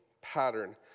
pattern